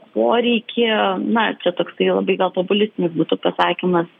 poreikį na čia toksai labai gal populistinis būtų pasakymas